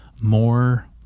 more